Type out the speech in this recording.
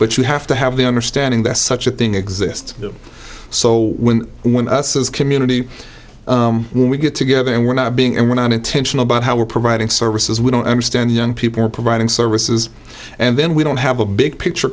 but you have to have the understanding that such a thing exists so when us as community when we get together and we're not being and we're not intentional about how we're providing services we don't understand young people are providing services and then we don't have a big picture